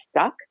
stuck